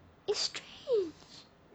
it's strange